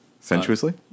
sensuously